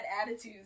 attitudes